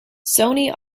sony